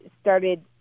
started